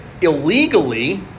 illegally